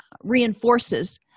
reinforces